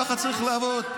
ככה צריך לעבוד.